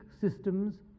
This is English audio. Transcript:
systems